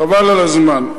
חבל על הזמן.